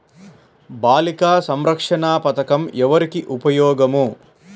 బాలిక సంరక్షణ పథకం ఎవరికి ఉపయోగము?